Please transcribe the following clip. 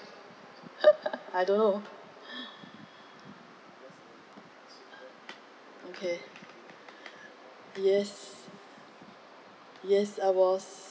I don't know okay yes yes I was